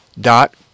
dot